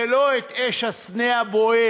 ולא את אש הסנה הבוער,